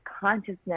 consciousness